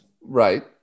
Right